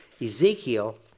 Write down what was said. Ezekiel